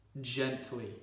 gently